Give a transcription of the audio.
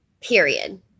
Period